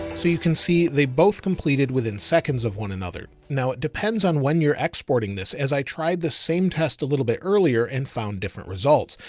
so you can see. they both completed within seconds of one another. now it depends on when you're exporting this. as i tried the same test a little bit earlier and found different results,